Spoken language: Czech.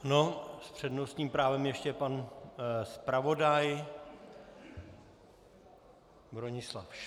S přednostním právem ještě pan zpravodaj Bronislav Schwarz.